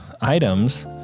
items